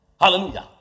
Hallelujah